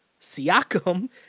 Siakam